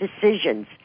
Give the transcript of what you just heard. decisions